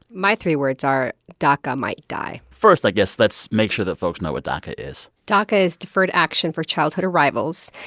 my three words are, daca might die first, i guess, let's make sure that folks know what daca is daca is deferred action for childhood arrivals.